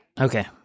Okay